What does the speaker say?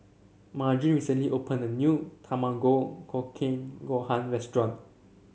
Margene recently opened a new Tamago Kake Gohan restaurant